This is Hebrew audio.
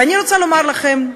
ואני רוצה לומר לכם,